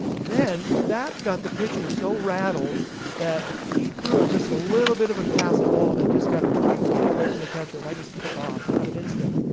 then that got the pitcher so rattled that he threw just a little bit of a passed ball that just got a few feet away from the catcher, and i just took off out of instinct,